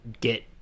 get